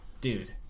Dude